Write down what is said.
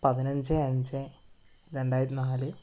പതിനഞ്ച് അഞ്ച് രണ്ടായിരത്തി നാല്